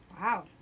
Wow